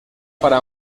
para